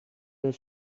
del